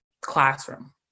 classroom